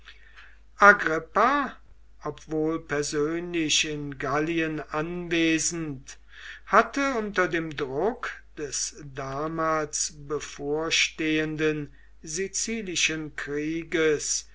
agrippa obwohl persönlich in gallien anwesend hatte unter dem druck des damals bevorstehenden sizilischen krieges